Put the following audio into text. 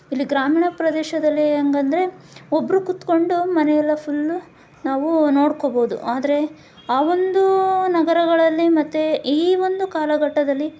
ಇಲ್ಲಿ ಗ್ರಾಮೀಣ ಪ್ರದೇಶದಲ್ಲಿ ಹೆಂಗಂದ್ರೆ ಒಬ್ಬರು ಕುತ್ಕೊಂಡು ಮನೆಯೆಲ್ಲ ಫುಲ್ಲು ನಾವು ನೋಡ್ಕೋಬೊದು ಆದರೆ ಆ ಒಂದು ನಗರಗಳಲ್ಲಿ ಮತ್ತು ಈ ಒಂದು ಕಾಲಘಟ್ಟದಲ್ಲಿ